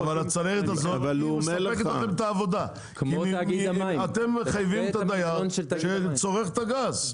-- אבל הצנרת הזאת --- אתם מחייבים את הדייר שצורך את הגז.